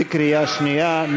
בקריאה שנייה.